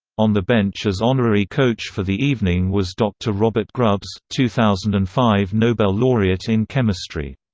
on the bench as honorary coach for the evening was dr. robert grubbs, two thousand and five nobel laureate in chemistry.